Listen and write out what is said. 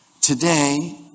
today